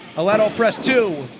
lateral press two!